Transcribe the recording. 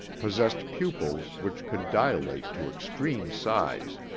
possessed pupils which could dilate to extreme size,